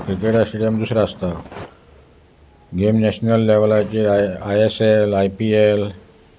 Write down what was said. cricket stadium दुसरो आसता game national लेवलाचेर I I S L I P L